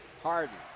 Harden